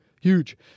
Huge